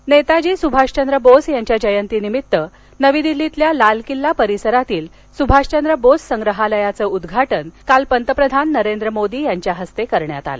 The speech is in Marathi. पंतप्रधान नेताजी सुभाषचंद्र बोस यांच्या जयंतिनिमित्त नवी दिल्लीतील लाल किल्ला परिसरातील सुभाषचंद्र बोस संग्रहालयाचं उद्घाटन काल पंतप्रधान नरेंद्र मोदी यांच्या हस्ते करण्यात आलं